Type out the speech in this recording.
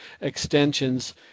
extensions